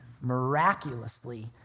miraculously